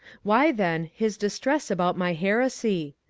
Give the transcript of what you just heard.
why, then, his distress about my heresy?